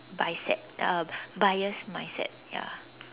bias set uh bias mindset ya